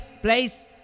place